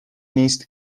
نیست